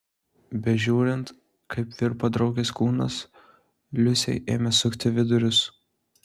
bežiūrint kaip virpa draugės kūnas liusei ėmė sukti vidurius